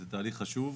זה תהליך חשוב.